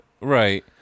Right